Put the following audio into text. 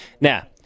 now